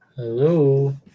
hello